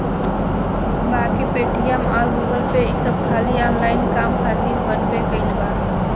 बाकी पेटीएम अउर गूगलपे ई सब खाली ऑनलाइन काम खातिर बनबे कईल बा